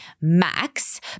max